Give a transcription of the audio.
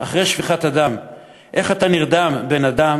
אחרי שפיכת הדם / איך אתה נרדם / בן-אדם,